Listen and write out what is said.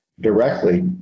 directly